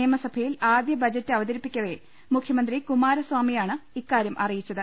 നിയമസഭയിൽ ആദ്യ ബജറ്റ് അവതരിപ്പിക്കവെ മുഖ്യമന്ത്രി കുമാരസ്വാമിയാണ് ഇക്കാ ര്യമറിയിച്ചത്